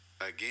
again